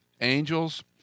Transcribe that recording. angels